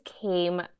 came